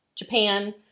Japan